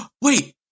wait